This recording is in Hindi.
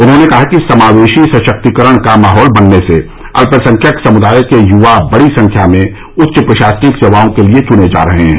उन्होंने कहा कि समावेशी सशक्तिकरण का माहौल बनने से अल्पसंख्यक समुदायों के युवा बड़ी संख्या में उच्च प्रशासनिक सेवाओं के लिए चुने जा रहे हैं